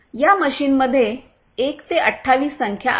या मशीनमध्ये 1 28 संख्या आहे